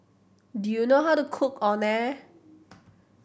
do you know how to cook Orh Nee